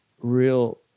real